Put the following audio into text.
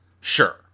Sure